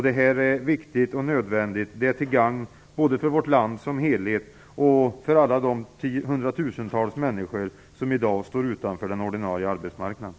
Det är till gagn både för vårt land om helhet och för alla de 100 000-tals människor som i dag står utanför den ordinarie arbetsmarknaden.